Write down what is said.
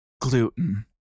Gluten